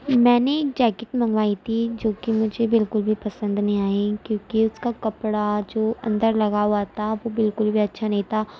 میں نے جیکیٹ منگوائی تھی جو کہ مجھے بالکل بھی پسند نہیں آئی کیوںکہ اس کا کپڑا جو اندر لگا ہوا تھا وہ بالکل بھی اچھا نہیں تھا